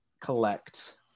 collect